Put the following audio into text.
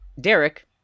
Derek